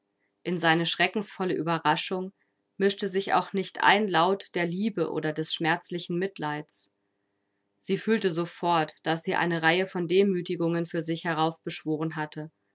in seine schreckensvolle ueberraschung mischte sich auch nicht ein laut der liebe oder des schmerzlichen mitleids sie fühlte sofort daß sie eine reihe von demütigungen für sich heraufbeschworen hatte